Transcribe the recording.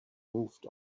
moved